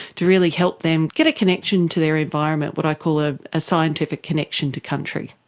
to really help them get a connection to their environment, what i call ah a scientific connection to country.